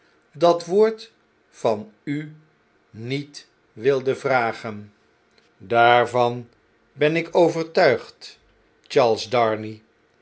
dat woord van u niet wilde vragen b daarvan ben ik overtuigd charles darnay